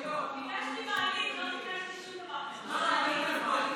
ביקשתי מעלית, לא ביקשתי שום דבר אחר.